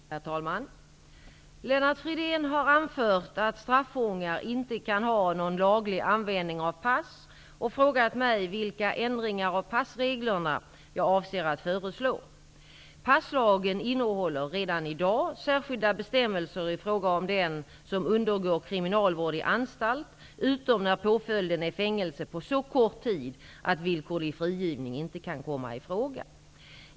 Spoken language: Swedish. Herr talman! Lennart Fridén har anfört att straffångar inte kan ha någon laglig användning av pass och frågat mig vilka ändringar av passreglerna jag avser att föreslå. Passlagen innehåller redan i dag särskilda bestämmelser i fråga om den som undergår kriminalvård i anstalt, utom när påföljden är fängelse på så kort tid att villkorlig frigivning inte kan komma i fråga.